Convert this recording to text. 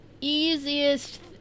easiest